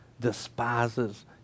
despises